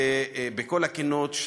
בכל הכנות,